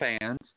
fans